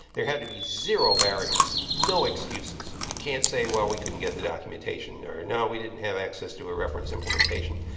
there had to be zero barriers, no excuses. you can't say, well, we couldn't get the documentation, or, no, we didn't have access to a reference implementation.